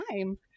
time